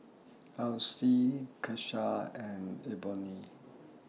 Alcee Kesha and Ebony